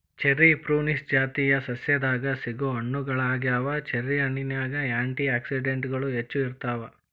cherry prunus ಜಾತಿಯ ಸಸ್ಯದಾಗ ಸಿಗೋ ಹಣ್ಣುಗಳಗ್ಯಾವ, ಚೆರಿ ಹಣ್ಣಿನ್ಯಾಗ ಆ್ಯಂಟಿ ಆಕ್ಸಿಡೆಂಟ್ಗಳು ಹೆಚ್ಚ ಇರ್ತಾವ